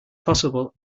possible